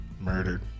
murdered